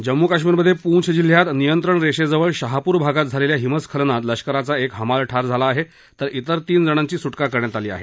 जम्मू काश्मीरमध्ये पूँछ जिल्ह्यात नियंत्रण रेषेजवळ शाहपूर भागात झालेल्या हिमस्खलनात लष्कराचा एक हमाल ठार झाला आहे तर तिर तीन जणांची सुटका करण्यात आली आहे